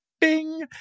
bing